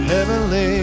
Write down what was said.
Heavenly